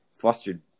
flustered